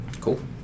Cool